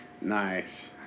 Nice